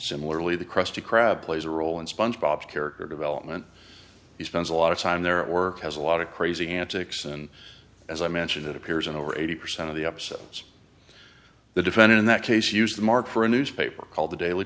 similarly the krusty krab plays a role in sponge bob character development he spends a lot of time there or has a lot of crazy antics and as i mentioned it appears in over eighty percent of the up cells the defendant in that case used to mark for a newspaper called the daily